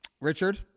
Richard